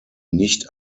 nicht